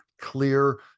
clear